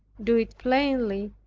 do it plainly,